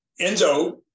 Enzo